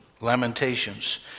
Lamentations